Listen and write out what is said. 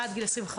עד גיל 25,